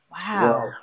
Wow